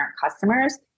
customers